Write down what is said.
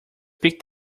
pick